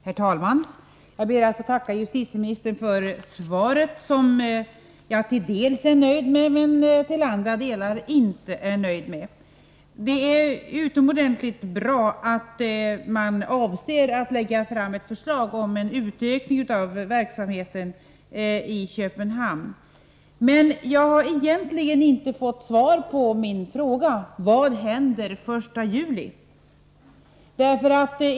Herr talman! Jag ber att få tacka justitieministern för svaret, som jag till en del är nöjd med, men till andra delar inte är nöjd med. Det är utomordentligt bra att man avser att lägga fram ett förslag om en utökning av verksamheten i Köpenhamn. Men jag har egentligen inte fått svar på min fråga: Vad händer den 1 juli?